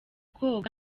koga